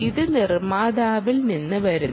ഇത് നിർമ്മാതാവിൽ നിന്ന് വരുന്നു